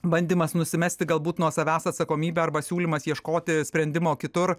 bandymas nusimesti galbūt nuo savęs atsakomybę arba siūlymas ieškoti sprendimo kitur